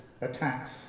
attacks